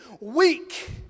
weak